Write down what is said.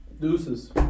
deuces